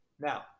Now